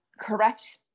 correct